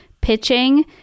pitching